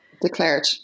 Declared